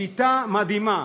שיטה מדהימה.